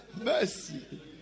Mercy